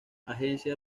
agencia